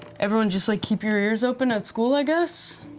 everyone just like, keep your ears open at school, i guess?